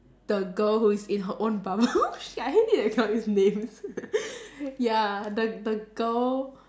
the girl who is in her own bubble shit I hate it that I cannot use names ya the the girl